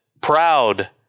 proud